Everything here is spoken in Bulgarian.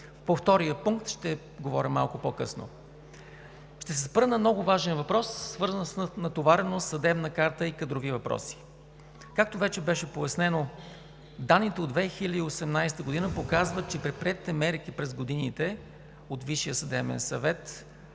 По втория пункт ще говоря малко по-късно. Ще се спра на много важен въпрос, свързан с натовареност, съдебна карта и кадрови въпроси. Както вече беше пояснено, данните от 2018 г. показват, че предприетите мерки през годините от Висшия съдебен съвет